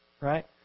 Right